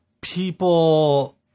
people